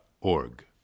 org